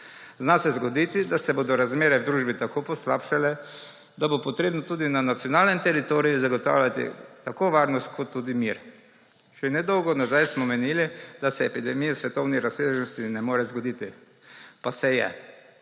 Zna se zgodi, da se bodo razmere v družbi tako poslabšale, da bo potrebno tudi na nacionalnem teritoriju zagotavljati tako varnost kot tudi mir. Še nedolgo nazaj smo menili, da se epidemija v svetovni razsežnosti ne more zgoditi, pa se je.